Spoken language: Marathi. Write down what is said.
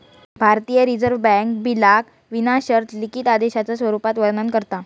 भारतीय रिजर्व बॅन्क बिलाक विना शर्त लिखित आदेशाच्या रुपात वर्णन करता